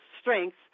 strengths